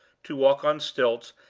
to walk on stilts,